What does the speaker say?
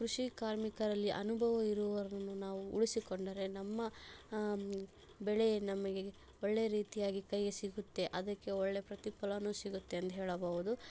ಕೃಷಿ ಕಾರ್ಮಿಕರಲ್ಲಿ ಅನುಭವ ಇರುವವರನ್ನು ನಾವು ಉಳಿಸಿಕೊಂಡರೆ ನಮ್ಮ ಬೆಳೆ ನಮಗೆ ಒಳ್ಳೆ ರೀತಿಯಾಗಿ ಕೈಗೆ ಸಿಗುತ್ತೆ ಅದಕ್ಕೆ ಒಳ್ಳೆ ಪ್ರತಿಫಲನೂ ಸಿಗುತ್ತೆ ಅಂತ ಹೇಳಬಹುದು